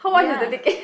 ya